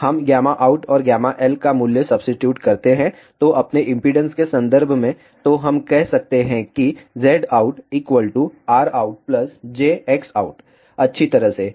हम out और L का मूल्य सब्सीट्यूट करते हैं अपने इम्पीडेन्स के संदर्भ में तो हम कह सकते हैं कि ZoutRoutjXout अच्छी तरह से Xout प्लस या माइनस हो सकता है